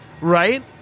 Right